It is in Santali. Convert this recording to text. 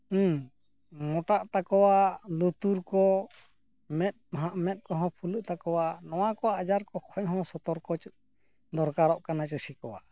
ᱦᱩᱸ ᱢᱚᱴᱟᱜ ᱛᱟᱠᱚᱣᱟ ᱞᱩᱛᱩᱨ ᱠᱚ ᱢᱮᱸᱫᱼᱦᱟᱸ ᱢᱮᱸᱫ ᱠᱚᱦᱚᱸ ᱯᱷᱩᱞᱟᱹᱜ ᱛᱟᱠᱚᱣᱟ ᱱᱚᱣᱟ ᱠᱚ ᱟᱡᱟᱨ ᱠᱚ ᱠᱷᱚᱱ ᱦᱚᱸ ᱥᱚᱛᱚᱨᱠᱚ ᱫᱚᱨᱠᱟᱨᱚᱜ ᱠᱟᱱᱟ ᱪᱟᱹᱥᱤ ᱠᱚᱣᱟᱜ